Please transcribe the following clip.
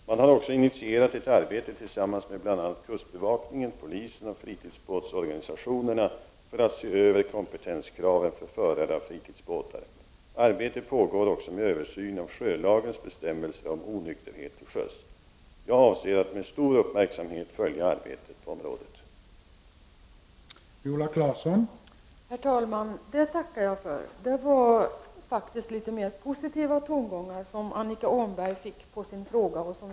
Man har också intitierat ett arbete tillsammans med bl.a. kustbevakningen, polisen och fritidsbåtsorganisationerna för att se över kompetenskraven för förare av fritidsbåtar. Arbete pågår också med översyn av sjölagens bestämmelser om onykterhet till sjöss. Jag avser att med stor uppmärksamhet följa arbetet på området. Då Annika Åhnberg, som framställt frågan, anmält att hon var förhindrad att närvara vid sammanträdet, medgav tredje vice talmannen att Viola Claesson i stället fick delta i överläggningen.